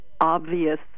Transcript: obvious